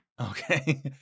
Okay